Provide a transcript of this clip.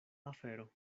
afero